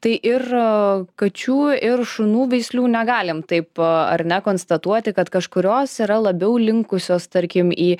tai ir kačių ir šunų veislių negalim taip ar ne konstatuoti kad kažkurios yra labiau linkusios tarkim į